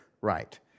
right